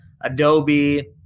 Adobe